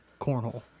cornhole